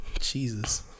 Jesus